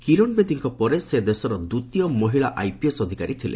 କିରଣ ବେଦୀଙ୍କ ପରେ ସେ ଦେଶର ଦ୍ୱିତୀୟ ମହିଳା ଆଇପିଏସ୍ ଅଧିକାରୀ ଥିଲେ